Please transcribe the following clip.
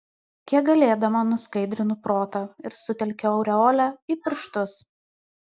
kiek galėdama nuskaidrinu protą ir sutelkiu aureolę į pirštus